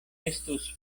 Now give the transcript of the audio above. estus